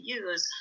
use